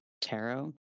tarot